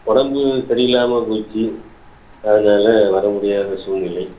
உடம்பு சரியில்லாமல் போச்சு அதனால் வர முடியாத சூழ்நிலை